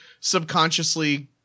subconsciously